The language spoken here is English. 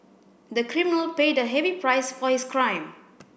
the criminal paid a heavy price for his crime